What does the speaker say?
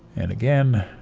and again,